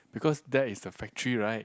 because that is the factory right